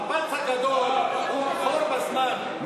המפץ הגדול הוא חור בזמן,